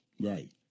Right